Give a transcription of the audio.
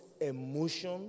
emotion